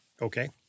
Okay